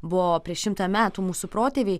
buvo prieš šimtą metų mūsų protėviai